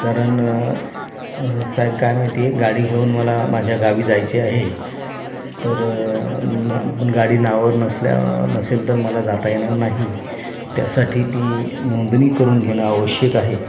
कारण साहेब काय माहिती आहे गाडी घेऊन मला माझ्या गावी जायचे आहे तर गाडी नावावर नसल्या नसेल तर मला जाता येणार नाही त्यासाठी ती नोंदणी करून घेणं आवश्यक आहे